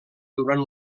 durant